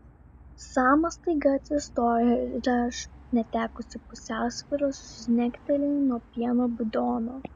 samas staiga atsistoja ir aš netekusi pusiausvyros žnekteliu nuo pieno bidono